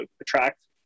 attract –